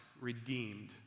redeemed